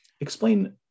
explain